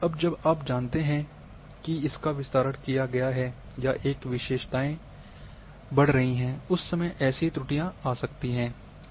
अब जब आप जानते हैं कि इसका विस्तार किया गया है या एक विशेषताएँ बढ़ रही हैं उस समय ऐसी त्रुटियां आ सकती हैं